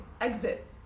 exit